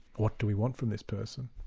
what do we want from this person?